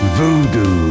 Voodoo